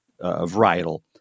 varietal